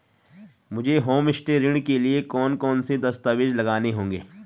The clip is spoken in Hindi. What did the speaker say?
मुझे होमस्टे ऋण के लिए कौन कौनसे दस्तावेज़ लगाने होंगे?